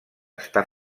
està